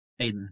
Aiden